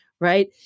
right